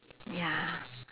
ya